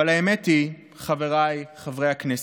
אבל האמת היא, חבריי חברי הכנסת,